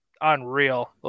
unreal